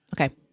Okay